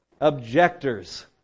objectors